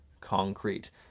concrete